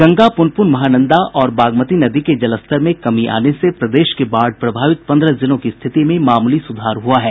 गंगा पूनपून महानंदा और बागमती नदी के जलस्तर में कमी आने से प्रदेश के बाढ़ प्रभावित पन्द्रह जिलों की स्थिति में मामूली सुधार हुआ है